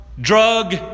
drug